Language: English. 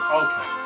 okay